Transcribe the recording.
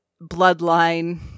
bloodline